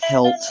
Help